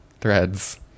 threads